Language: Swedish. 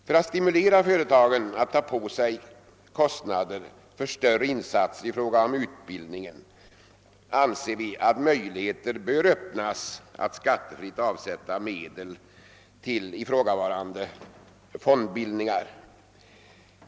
För att stimulera företagen att ta på sig kostnder för större insatser inom utbildningen anser vi att möjligheter bör öppnas att skattefritt avsätta medel till ifrågavarande fondbildningar.